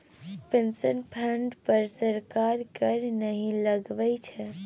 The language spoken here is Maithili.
पेंशन फंड पर सरकार कर नहि लगबै छै